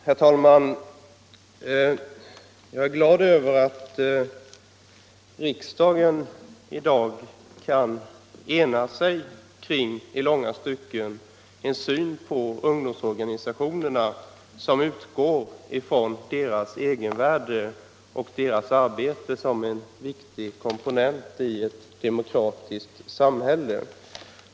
Herr talman! Jag är glad över att riksdagen i dag kan ena sig om en syn på ungdomsorganisationerna som i långa stycken utgår från deras egen värld och betraktar deras arbete som en viktig komponent i ett demokratiskt samhälle.